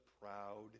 proud